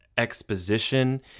exposition